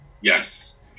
Yes